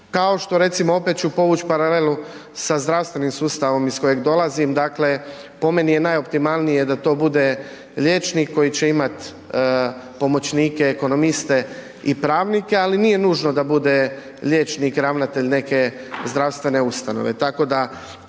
kao što recimo, opet ću povući paralelu sa zdravstvenim sustavom iz kojeg dolazim, dakle po meni je najoptimalnije da to bude liječnik koji će imati pomoćnike ekonomiste i pravnike, ali nije nužno da bude liječnik ravnatelj neke zdravstvene ustanove,